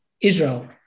Israel